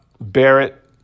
Barrett